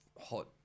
hot